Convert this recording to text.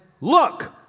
look